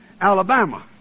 Alabama